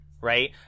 right